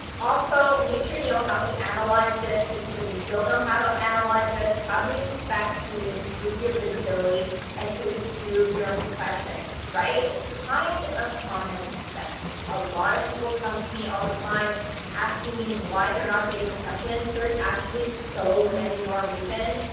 also, make sure you know how to analyze this because if you don't know how to analyze this, how do you expect to improve your visibility and to improve your impressions, right? it's kind of common sense. a lot of people come to me all the time asking me why they're not getting impressions, there's actually so many more reasons.